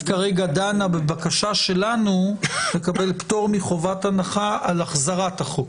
כרגע דנה בבקשה שלנו לקבל פטור מחובת הנחה על החזרת החוק.